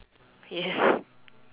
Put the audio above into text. yes